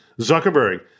Zuckerberg